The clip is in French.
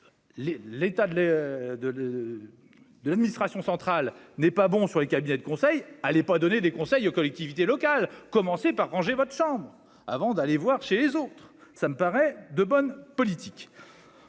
de le de l'administration centrale n'est pas bon sur les cabinets de conseil allait pas donner des conseils aux collectivités locales, commencer par ranger votre chambre avant d'aller voir chez les autres, ça me paraît de bonne politique